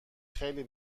خیلی